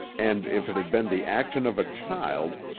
and, if it had been the action of a child,